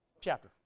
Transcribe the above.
chapter